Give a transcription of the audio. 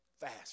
fast